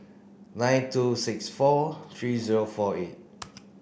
nine two six four three zero four eight